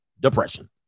depression